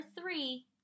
Three